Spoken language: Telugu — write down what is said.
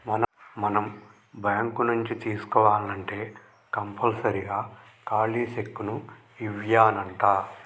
మనం బాంకు నుంచి తీసుకోవాల్నంటే కంపల్సరీగా ఖాలీ సెక్కును ఇవ్యానంటా